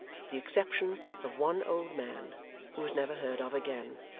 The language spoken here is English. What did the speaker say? with the exception of one old man who was never heard of again,